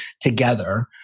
together